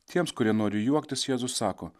tiems kurie nori juoktis jėzus sako